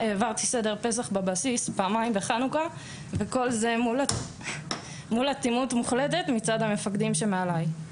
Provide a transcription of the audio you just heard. העברתי סדר פסח בבסיס וכל זה מול אטימות מוחלטת מצד המפקדים שמעלי.